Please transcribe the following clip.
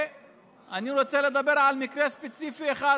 אני רוצה לדבר על מקרה ספציפי אחד,